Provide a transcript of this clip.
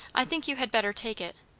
i think you had better take it.